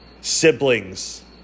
siblings